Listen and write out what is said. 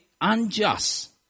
unjust